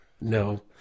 No